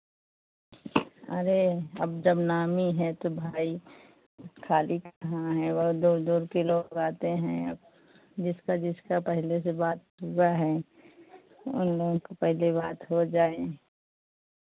अरे अब जब नामी हैं तो भाई खाली कहाँ हैं बहुत दूर दूर के लोग आते हैं अब जिसका जिसका पहले से बात हुआ है उनलोगों का पहले बात हो जाए